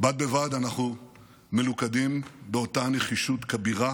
בד בבד אנחנו מלוכדים באותה נחישות כבירה